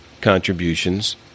contributions